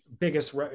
biggest